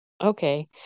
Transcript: okay